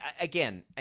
again